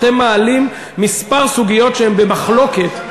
אתם מעלים כמה סוגיות שהן במחלוקת.